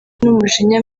n’umujinya